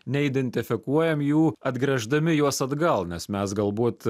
neidentifikuojam jų atgręždami juos atgal nes mes galbūt